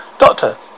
Doctor